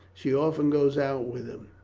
she often goes out with him.